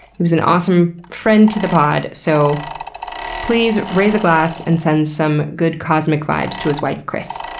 he was an awesome friend to the pod, so please raise a glass and send some good cosmic vibes to his wife, chris.